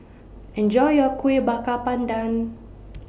Enjoy your Kueh Bakar Pandan